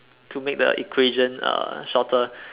to make the equation uh shorter